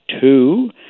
Two